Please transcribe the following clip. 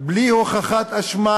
בלי הוכחת אשמה.